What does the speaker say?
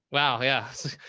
wow. yeah.